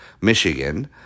Michigan